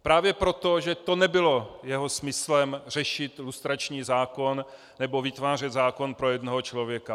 Právě proto, že nebylo jeho smyslem řešit lustrační zákon nebo vytvářet zákon pro jednoho člověka.